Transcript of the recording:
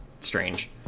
strange